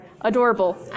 adorable